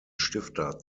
stifter